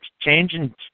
changing